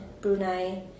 Brunei